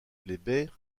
les